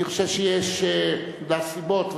אני חושב שיש לה סיבות.